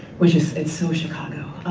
which is so chicago.